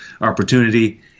opportunity